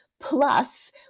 Plus